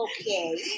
okay